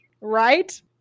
Right